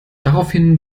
daraufhin